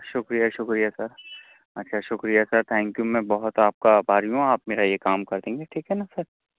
شُکریہ شُکریہ سر اچھا شُکریہ سر تھینک یو میں بہت آپ کا آبھاری ہوں آپ میرا یہ کام کر دیں گے ٹھیک ہے نا سر